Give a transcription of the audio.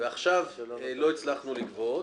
ועכשיו לא הצלחנו לגבות.